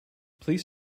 please